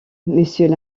monsieur